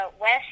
west